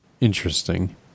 Interesting